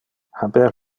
haber